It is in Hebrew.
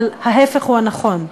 אבל ההפך הוא הנכון.